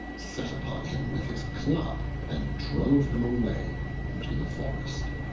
set upon him with his club, and drove him away into the forest.